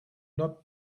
not